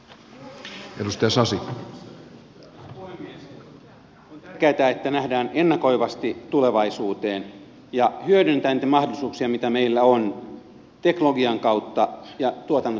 on tärkeätä että nähdään ennakoivasti tulevaisuuteen ja hyödynnetään niitä mahdollisuuksia mitä meillä on teknologian kautta ja tuotannon tehostamisen kautta